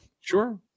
Sure